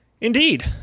Indeed